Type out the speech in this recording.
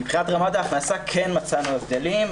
מבחינת רמת ההכנסה כן מצאנו הבדלים.